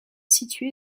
située